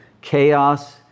chaos